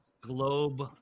globe